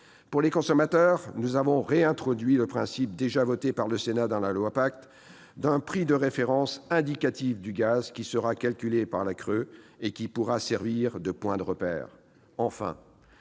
Pour les consommateurs, nous avons réintroduit le principe, déjà voté par le Sénat dans la loi Pacte, d'un prix de référence indicatif du gaz, qui sera calculé par la CRE et qui pourra servir de point de repère.